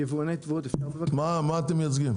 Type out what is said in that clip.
מה אתם מייצגים?